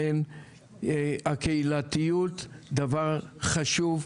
הקהילתיות היא דבר חשוב.